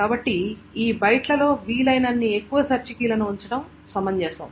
కాబట్టి ఈ బైట్లలో వీలైనన్ని ఎక్కువ సెర్చ్ కీలను ఉంచడం సమంజసం